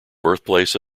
birthplace